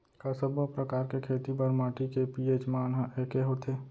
का सब्बो प्रकार के खेती बर माटी के पी.एच मान ह एकै होथे?